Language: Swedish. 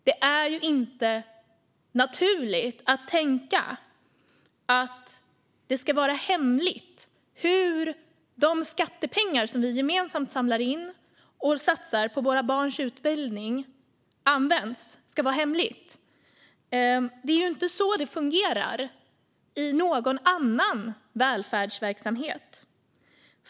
Det är inte naturligt att tänka att det ska vara hemligt hur de skattepengar används som vi gemensamt samlar in och satsar på våra barns utbildning. Det är inte så det fungerar i någon annan välfärdsverksamhet.